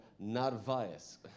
Narvaez